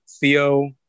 Theo